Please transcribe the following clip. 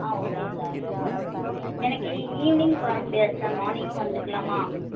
ஆ okay sir எனக்கு evening வர முடியாது சார் மார்னிங் வந்துக்கலாமா